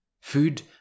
Food